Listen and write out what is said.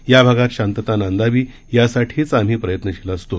या भागात शांतता नांदावी यासाठीच आम्ही प्रयत्नशील असतो